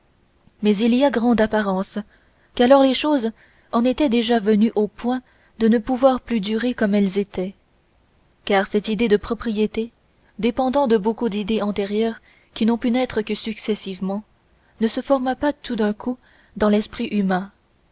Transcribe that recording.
mais il y a grande apparence qu'alors les choses en étaient déjà venues au point de ne pouvoir plus durer comme elles étaient car cette idée de propriété dépendant de beaucoup d'idées antérieures qui n'ont pu naître que successivement ne se forma pas tout d'un coup dans l'esprit humain